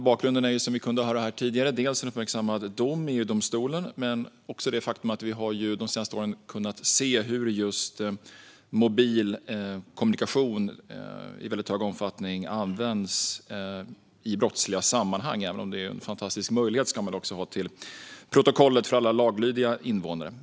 Bakgrunden är, som vi kunde höra här tidigare, dels en uppmärksammad dom i EU-domstolen, dels det faktum att vi de senaste åren kunnat se hur mobil kommunikation i väldigt stor omfattning används i brottsliga sammanhang - även om det också är en fantastisk möjlighet för alla laglydiga invånare, vilket ska föras till protokollet.